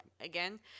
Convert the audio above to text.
again